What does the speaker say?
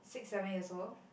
six seven years old